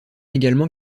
également